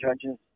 judge's